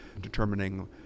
determining